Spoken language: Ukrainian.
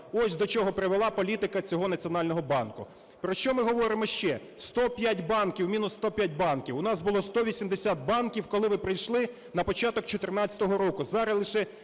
Ось до чого привела політика цього Національного банку. Про що ми говоримо ще? 105 банків. Мінус 105 банків. У нас було 180 банків, коли ви прийшли на початок 2014 року. Зараз лише